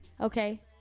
Okay